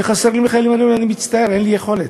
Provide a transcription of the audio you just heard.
וחסרים לי חיילים, אני אומר: מצטער, אין לי יכולת.